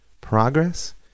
progress